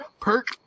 Perk